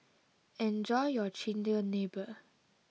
enjoy your Chigenabe